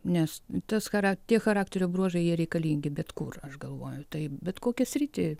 nes tas chara tie charakterio bruožai jie reikalingi bet kur aš galvoju tai bet kokią sritį